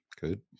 Good